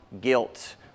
guilt